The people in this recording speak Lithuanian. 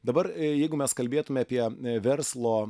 dabar jeigu mes kalbėtume apie verslo